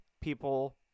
people